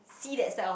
see that side of